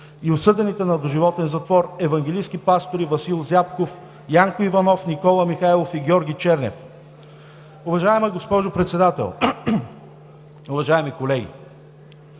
и осъдените на доживотен затвор евангелистки пастори Васил Зяпков, Янко Иванов, Никола Михайлов и Георги Чернев. Уважаема госпожо Председател, уважаеми колеги!